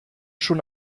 schon